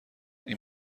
این